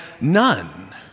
none